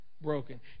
broken